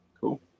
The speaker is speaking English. Cool